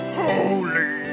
holy